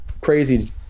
crazy